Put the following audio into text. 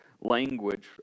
language